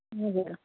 हजुर